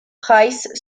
price